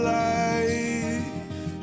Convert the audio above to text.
life